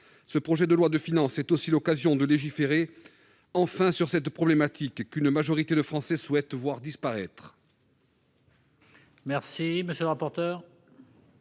projet de loi de finances est aussi l'occasion de légiférer enfin sur cette problématique, car une majorité de Français souhaite voir disparaître